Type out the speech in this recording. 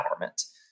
empowerment